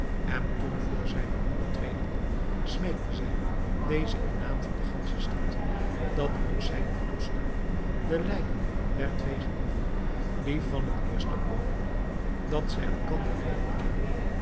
en toen voor zijne moeder tredende smeekte zij deze in naam van de gansche stad dat ook zij mogt toestaan de lijken der twee gelieven die van het eerste oogenblik dat zij elkander leerden kennen